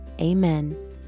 Amen